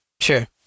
Sure